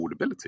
affordability